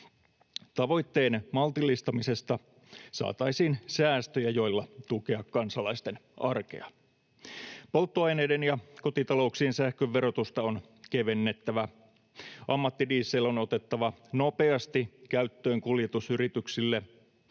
Tavoitteen maltillistamisesta saataisiin säästöjä, joilla tukea kansalaisten arkea. Polttoaineiden ja kotitalouksien sähkön verotusta on kevennettävä. Ammattidiesel on otettava nopeasti käyttöön kuljetusyrityksille.